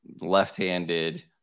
left-handed